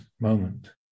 moment